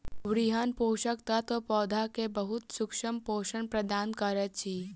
वृहद पोषक तत्व पौधा के बहुत सूक्ष्म पोषण प्रदान करैत अछि